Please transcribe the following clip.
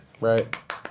Right